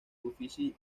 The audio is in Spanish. uffizi